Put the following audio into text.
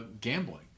gambling